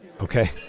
Okay